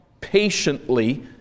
patiently